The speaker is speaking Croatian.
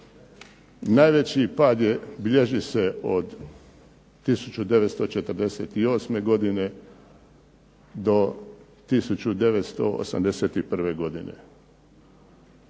Najveći pad bilježi se od 1948. godine do 1981. godine.